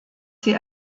sie